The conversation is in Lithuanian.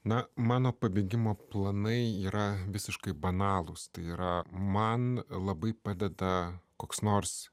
na mano pabėgimo planai yra visiškai banalūs tai yra man labai padeda koks nors